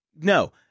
No